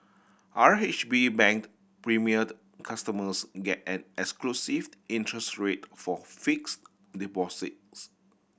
R H B Bank Premier customers get an exclusive interest rate for fixed deposits